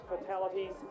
fatalities